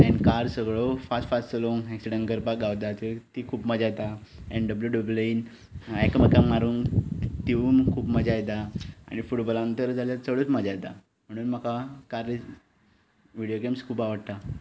आनी कार्स सगळ्यो fast fast चलोवन एक्सिडंट करपाक गावता त्यो ती खूब मजा येता एन्ड डब्ल्यू डब्ल्यू इंत एकामेकाक मारूंक तिवूय खूब मजा येता आनी फुटबॉलांत तर जाल्यार चडूच मजा येता म्हणून म्हाका कार रेस व्हिडियो गॅम्स खूब आवडटा